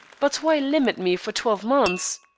but why limit me for twelve months?